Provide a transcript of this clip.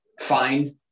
find